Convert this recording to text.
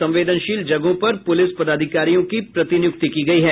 संवेदनशील जगहों पर पुलिस पदाधिकारियों की प्रतिनियुक्ति की गयी है